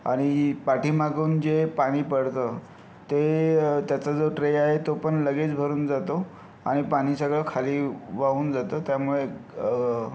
आणि पाठीमागून जे पाणी पडतं ते त्याचा जो ट्रे आहे तो पण लगेच भरून जातो आणि पाणी सगळं खाली वाहून जातं त्यामुळे